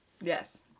Yes